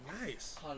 Nice